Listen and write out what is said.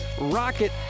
rocket